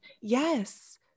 Yes